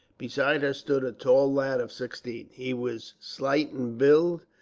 beside her stood a tall lad of sixteen. he was slight in build,